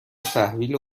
تحویل